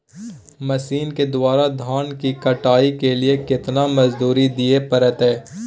Machine के द्वारा धान की कटाइ के लिये केतना मजदूरी दिये परतय?